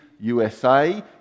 USA